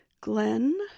Glenn